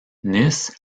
nice